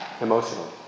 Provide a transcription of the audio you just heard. emotionally